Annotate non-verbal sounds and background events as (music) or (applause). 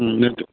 (unintelligible)